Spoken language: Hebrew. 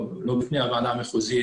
לא בפני הוועדה המחוזית,